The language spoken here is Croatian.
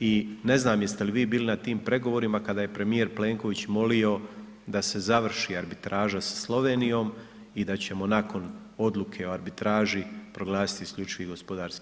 i ne znam jeste li vi bili na tim pregovorima, kada je premijer Plenković molio da se završi arbitraža sa Slovenijom i da ćemo nakon odluke o arbitraži proglasiti IGP.